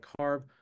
carb